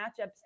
matchups